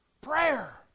prayer